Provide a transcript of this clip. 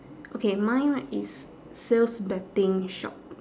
okay mine write is sales betting shop